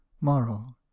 Moral